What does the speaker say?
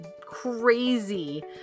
crazy